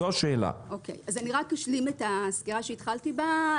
אני רק אשלים את הסקירה שהתחלתי בה.